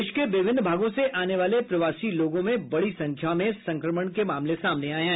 देश के विभिन्न भागों से आने वाले प्रवासी लोगों में बड़ी संख्या में संक्रमण के मामले सामने आये हैं